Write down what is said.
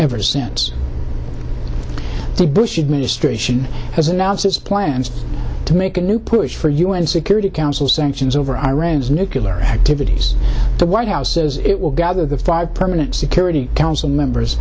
ever since the bush administration has announced its plans to make a new push for u n security council sanctions over iran's nuclear activities the white house says it will gather the five permanent security council members